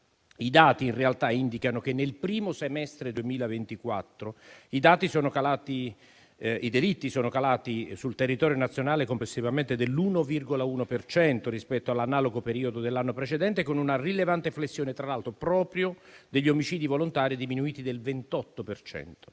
I dati, in realtà, indicano che nel primo semestre 2024 i delitti sono calati sul territorio nazionale complessivamente dell'1,1 per cento rispetto all'analogo periodo dell'anno precedente, con una rilevante flessione, tra l'altro, proprio degli omicidi volontari, diminuiti del 28